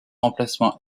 emplacement